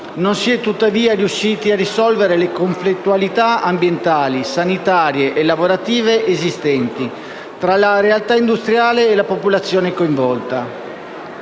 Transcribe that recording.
non si è tuttavia riusciti a risolvere le conflittualità ambientali, sanitarie e lavorative esistenti tra la realtà industriale e la popolazione coinvolta.